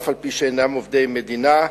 אף-על-פי שאינם עובדי מדינה.